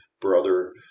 brother